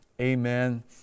amen